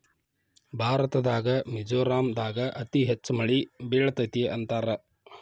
ಭಾರತದಾಗ ಮಿಜೋರಾಂ ದಾಗ ಅತಿ ಹೆಚ್ಚ ಮಳಿ ಬೇಳತತಿ ಅಂತಾರ